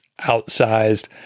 outsized